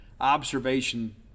observation